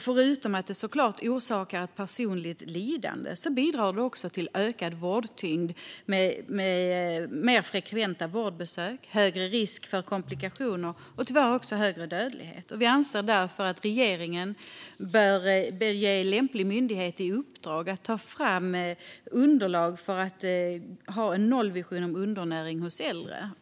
Förutom att det såklart orsakar ett personligt lidande bidrar det också till ökad vårdtyngd med mer frekventa vårdbesök, högre risk för komplikationer och tyvärr också högre dödlighet. Vi anser därför att regeringen bör ge lämplig myndighet i uppdrag att ta fram underlag för en nollvision om undernäring hos äldre.